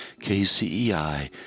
kcei